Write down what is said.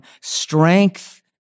strength